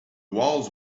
walls